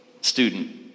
Student